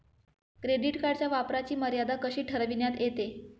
Credit कार्डच्या वापराची मर्यादा कशी ठरविण्यात येते?